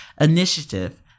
Initiative